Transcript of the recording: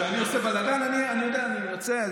כשאני עושה בלגן, אני יודע, אני יוצא.